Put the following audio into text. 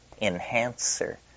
enhancer